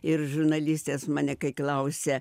ir žurnalistės mane kai klausia